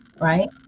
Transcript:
right